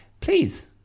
please